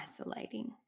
isolating